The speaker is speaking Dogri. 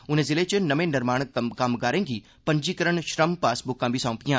उनें जिले च नमें निर्माण कम्मगारें गी पंजीकरण श्रम पासबुक बी सौंपियां